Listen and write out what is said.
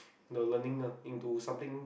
the learning the into something